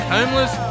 Homeless